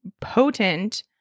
potent